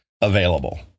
available